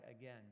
again